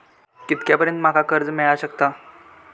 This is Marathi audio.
कितक्या पर्यंत माका कर्ज मिला शकता?